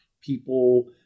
people